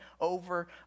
over